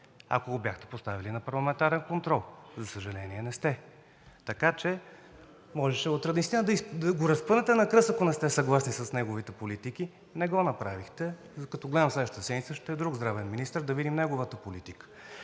ако го бяхте поставили на парламентарен контрол. За съжаление, не сте, така че можеше утре наистина да го разпънете на кръст, ако не сте съгласни с неговите политики. Не го направихте. Като гледам – следващата седмица ще е друг здравен министър, да видим неговата политика.